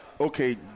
okay –